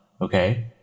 Okay